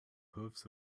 hoofs